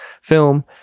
film